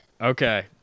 okay